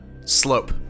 slope